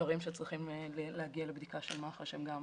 דברים שצריכים להגיע לבדיקה של מח"ש, הם גם